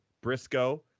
Briscoe